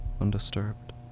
undisturbed